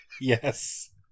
yes